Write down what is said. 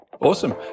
Awesome